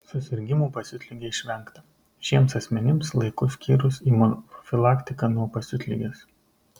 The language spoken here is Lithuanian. susirgimų pasiutlige išvengta šiems asmenims laiku skyrus imunoprofilaktiką nuo pasiutligės